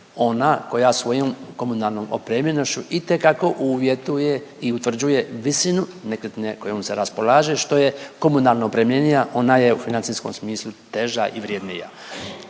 ona koja svojom komunalnom opremljenošću itekako uvjetuje i utvrđuje visinu nekretnine kojom se raspolaže, što je komunalno opremljenija ona je u financijskom smislu teža i vrjednija.